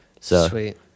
Sweet